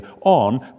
on